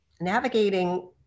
navigating